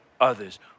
others